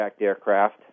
aircraft